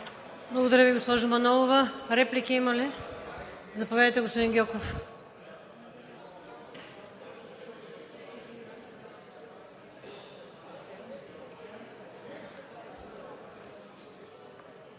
Благодаря Ви, госпожо Манолова. Реплики има ли? Заповядайте, господин Гьоков.